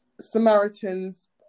samaritans